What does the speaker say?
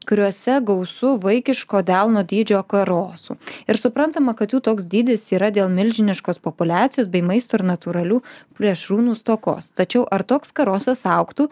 kuriuose gausu vaikiško delno dydžio karosų ir suprantama kad jų toks dydis yra dėl milžiniškos populiacijos bei maisto ir natūralių plėšrūnų stokos tačiau ar toks karosas augtų